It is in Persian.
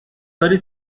کاری